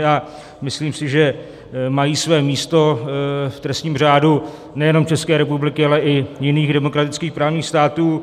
A myslím si, že mají své místo v trestním řádu nejenom České republiky, ale i jiných demokratických právních států.